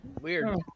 Weird